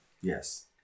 Yes